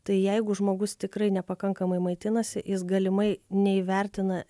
tai jeigu žmogus tikrai nepakankamai maitinasi jis galimai neįvertina